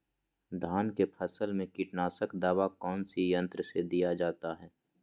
धान की फसल में कीटनाशक दवा कौन सी यंत्र से दिया जाता है?